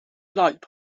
liked